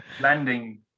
Landing